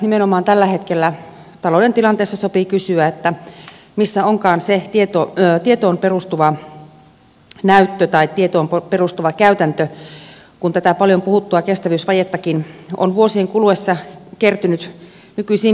nimenomaan tämänhetkisessä talouden tilanteessa sopii kysyä missä onkaan se tietoon perustuva näyttö tai tietoon perustuva käytäntö kun tätä paljon puhuttua kestävyysvajettakin on vuosien kuluessa kertynyt nykyisiin mittoihin asti